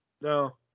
no